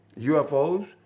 UFOs